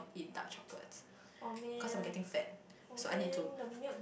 eat dark chocolates cause I'm getting fat so I need to